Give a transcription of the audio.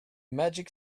magic